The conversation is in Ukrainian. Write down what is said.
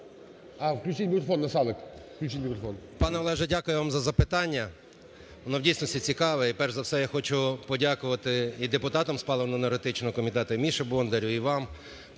А, включіть мікрофон, Насалик. Включіть мікрофон.